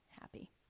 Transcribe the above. happy